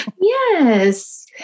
Yes